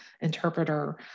interpreter